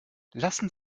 lassen